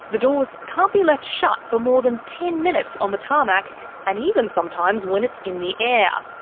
the doors can't be left shut for more than ten minutes on the tarmac and even sometimes when it's in the air.